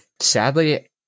Sadly